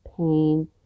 pain